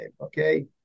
okay